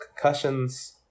concussions